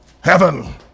heaven